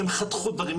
הם חתכו דברים,